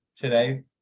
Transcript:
today